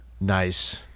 nice